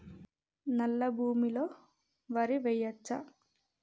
నల్లా భూమి లో వరి వేయచ్చా?